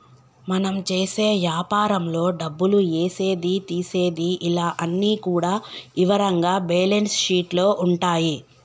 మనం చేసే యాపారంలో డబ్బులు ఏసేది తీసేది ఇలా అన్ని కూడా ఇవరంగా బ్యేలన్స్ షీట్ లో ఉంటాయి